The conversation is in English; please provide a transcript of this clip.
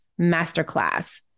masterclass